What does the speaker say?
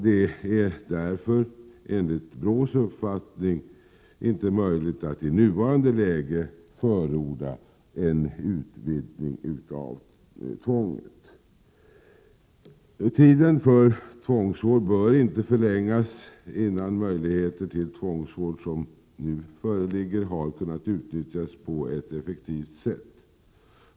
Därför är det enligt BRÅ:s uppfattning inte möjligt att i nuvarande läge förorda en utvidgning av tvånget. Tiden för tvångsvård bör inte förlängas, innan de möjligheter till tvångsvård som nu föreligger har kunnat utnyttjas på ett effektivt sätt.